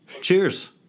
cheers